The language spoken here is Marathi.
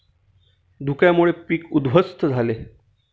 धुक्यामुळे पीक उध्वस्त झाले